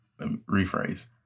rephrase